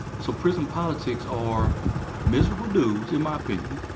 so, prison politics are miserable dudes, in my opinion,